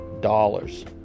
dollars